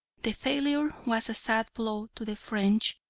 the failure was a sad blow to the french,